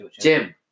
Jim